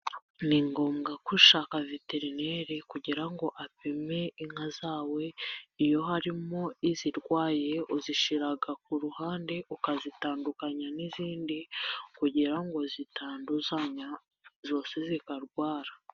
Ni ngombwa gushaka veterineri kugira ngo apime inka zawe, iyo harimo izirwaye uzishyira ku ruhande ukazitandukanya n'izindi kugira ngo zitanduzanya zose zikarwara.